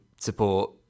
support